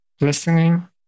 listening